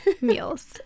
meals